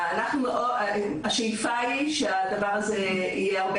אנחנו מאוד רוצים והשאיפה היא שהדבר הזה יהיה הרבה